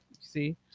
see